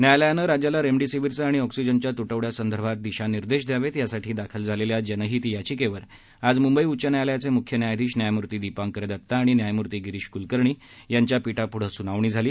न्यायालयानं राज्याला रेमेडिसीवीरचा आणि ऑक्सिजनच्या तुटवड्यासंदर्भात दिशानिर्देश द्यावेत यासाठी दाखल झालेल्या जनहित याचिकेवर आज मुंबई उच्च न्यायालयाचे मुख्य न्यायाधीश न्यायमूर्ती दिपांकर दत्ता आणि न्यायमूर्ती गिरीश कुलकर्णी यांच्या पीठापुढे सुनावणी झाली